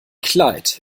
kleid